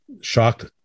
shocked